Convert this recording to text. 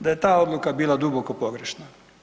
Da je ta odluka bila duboko pogrešna.